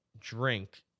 drink